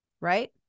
right